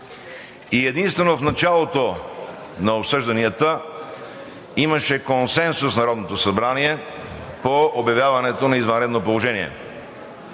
Единствено в началото на обсъжданията имаше консенсус в Народното събрание – по обявяването на извънредно положение.